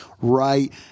right